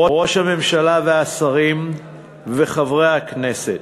ראש הממשלה, השרים וחברי הכנסת,